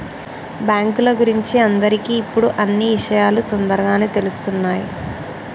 బాంకుల గురించి అందరికి ఇప్పుడు అన్నీ ఇషయాలు తోందరగానే తెలుస్తున్నాయి